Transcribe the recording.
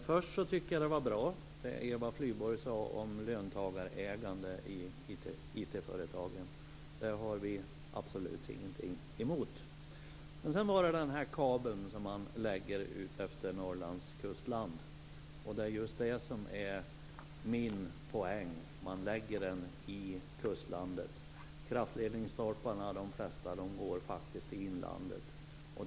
Fru talman! Först tycker jag att det som Eva Flyborg sade om löntagarägande i IT-företagen var bra. Det har vi absolut ingenting emot. Men sedan gällde det den kabel som man lägger utefter Norrlands kustland. Det är just det som är min poäng: Man lägger den i kustlandet. De flesta kraftledningsstolparna går faktiskt i inlandet.